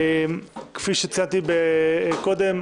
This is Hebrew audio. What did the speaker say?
כפי שציינתי קודם,